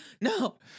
no